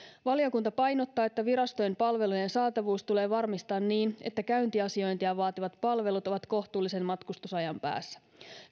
valiokunta painottaa että virastojen palvelujen saatavuus tulee varmistaa niin että käyntiasiointia vaativat palvelut ovat kohtuullisen matkustusajan päässä